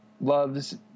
loves